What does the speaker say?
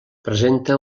presenta